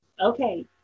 Okay